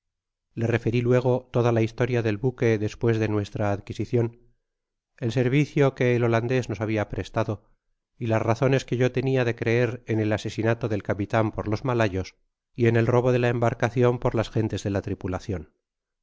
le referi luego toda la historia del buque despues de nuestra adquisicion el servicio que el holandés nos habia prestado y las razones que yo tenia de creer en el asesinato del capitan por los malayos y en el robo de la embarcacion por las gentes de la tripulacion